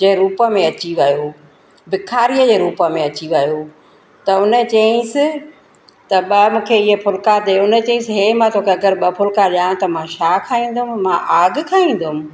जे रूप में अची वियो बिखारीअ ए रूप में अची वियो त हुन चईंसि त ॿ मूंखे इहा फुलिका ॾिए हुन चईंसि इहे मां तोखे अगरि ॿ फुलिका ॾिया त मां छा खाईंदुमि मां आग खाईंदुमि